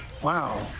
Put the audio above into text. Wow